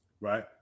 right